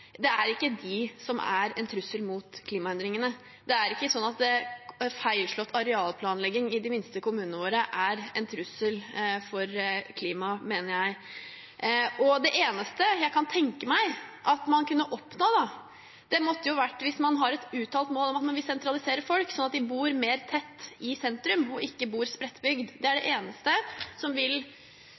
Det er ikke de som er en trussel mot klimaendringene. Det er ikke sånn at feilslått arealplanlegging i de minste kommunene våre er en trussel mot klimaet, mener jeg. Det eneste jeg kan tenke meg at man kunne oppnå, måtte jo være – hvis man har et uttalt mål om det – at man vil sentralisere folk så de bor mer tett, i sentrum, og ikke bor spredt. Det er det eneste som vil